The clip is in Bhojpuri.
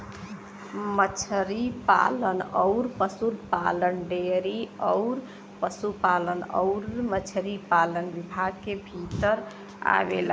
मछरी पालन अउर पसुपालन डेयरी अउर पसुपालन अउरी मछरी पालन विभाग के भीतर आवेला